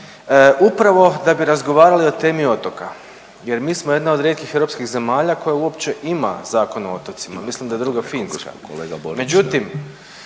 upravo da bi razgovarali o temi otoka jer mi smo jedna od rijetkih europskih zemalja koja uopće ima Zakon o otocima, mislim da je druga Finska.